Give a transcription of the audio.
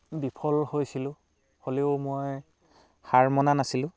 বিফল হৈছিলোঁ হ'লেও মই হাৰ মনা নাছিলোঁ